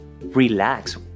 relax